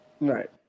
Right